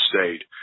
State